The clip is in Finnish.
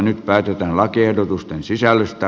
nyt päätetään lakiehdotusten sisällöstä